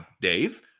Dave